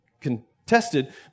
contested